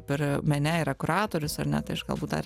per mene yra kuratorius ar ne tai aš galbūt tą